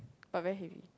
but very heavy